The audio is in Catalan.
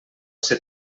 ser